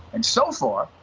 and so far,